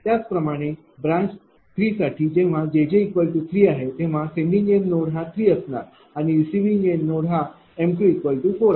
त्याचप्रमाणे ब्रांच 3 साठी जेव्हा jj3 आहे तेव्हा सेंडिंग एन्ड नोड हा 3 असणार आणि रिसिविंग एन्ड नोड हा m2 4 आहे